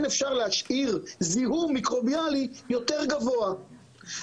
אפשר להשאיר זיהום מיקרוביאלי יותר גבוה,